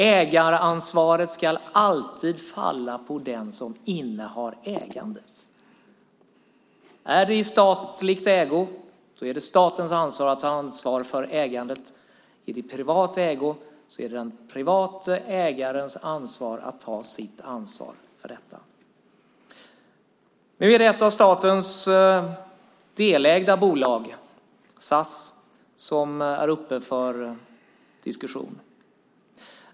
Ägaransvaret ska alltid falla på den som innehar ägandet. Om det är i statlig ägo är det statens ansvar att ta ansvar för ägandet. Om det är i privat ägo är det den private ägarens ansvar att ta sitt ansvar för detta. Nu är det ett av statens delägda bolag, SAS, som är uppe till diskussion.